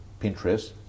Pinterest